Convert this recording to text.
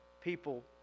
people